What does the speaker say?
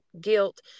guilt